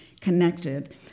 connected